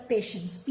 Patients